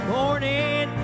morning